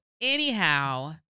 anyhow